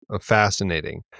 fascinating